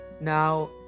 Now